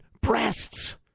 breasts